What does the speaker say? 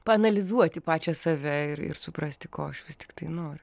paanalizuoti pačią save ir ir suprasti ko aš vis tiktai noriu